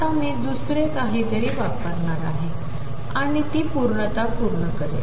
आता मी दुसरे काहीतरी वापरणार आहे आणि ती पूर्णता आहे